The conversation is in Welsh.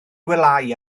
gwelyau